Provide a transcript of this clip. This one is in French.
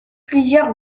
plusieurs